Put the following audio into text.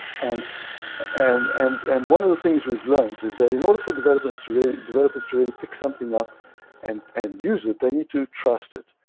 and and and and one of the things we've learned is that in order for developers to really, developers to really pick something up and and use it, they need to trust it.